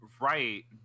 Right